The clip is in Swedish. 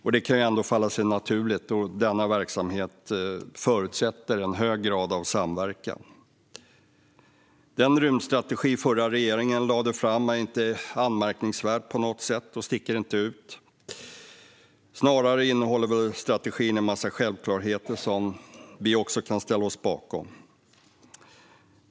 Det kan ändå falla sig naturligt, då denna verksamhet förutsätter en hög grad av samverkan. Den rymdstrategi som den förra regeringen lade fram är inte anmärkningsvärd på något sätt och sticker inte ut. Snarare innehåller strategin en massa självklarheter som vi kan ställa oss bakom.